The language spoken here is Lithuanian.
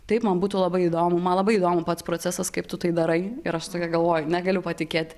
taip man būtų labai įdomu man labai įdomu pats procesas kaip tu tai darai ir aš tokia galvoju negaliu patikėt